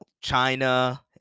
China